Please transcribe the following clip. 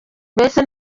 mbese